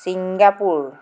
Singapore